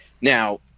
Now